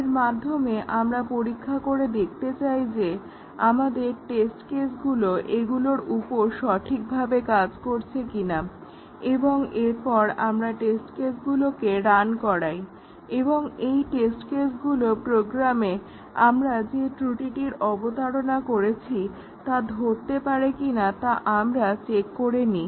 এর মাধ্যমে আমরা পরীক্ষা করে দেখতে চাই যে আমাদের টেস্ট কেসগুলো এগুলোর উপর সঠিকভাবে কাজ করছে কিনা এবং এরপর আমরা টেস্ট কেসগুলোকে রান করাই এবং এই টেস্ট কেসগুলো প্রোগ্রামে আমরা যে ত্রুটিটির অবতারণা ঘটিয়েছি তা ধরতে পারে কিনা তা আমরা চেক করে নিই